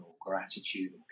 gratitude